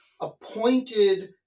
appointed